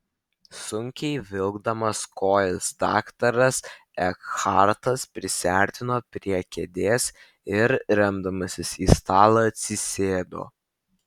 sunkiai vilkdamas kojas daktaras ekhartas prisiartino prie kėdės ir remdamasis į stalą atsisėdo